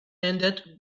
ended